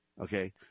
okay